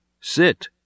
Sit